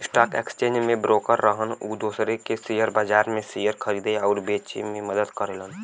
stock exchange में broker रहन उ दूसरे के शेयर बाजार में शेयर खरीदे आउर बेचे में मदद करेलन